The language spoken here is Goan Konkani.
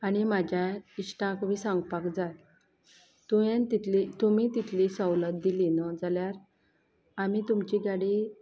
आनी म्हाज्या इश्टाक बी सांगपाक जाय तुवें तितली तुमी तितली सवलत दिली न्हू जाल्यार आमी तुमची गाडी